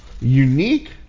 unique